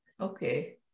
okay